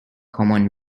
common